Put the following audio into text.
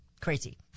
crazy